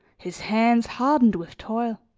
his hands hardened with toil